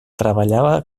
treballava